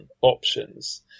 options